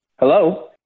Hello